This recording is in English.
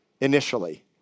initially